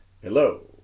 hello